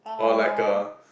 or like a